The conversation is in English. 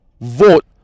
vote